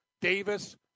Davis